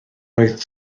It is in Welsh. oedd